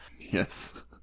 yes